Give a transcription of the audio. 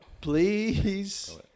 please